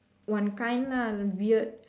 one kind ah weird